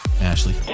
Ashley